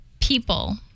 people